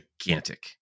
gigantic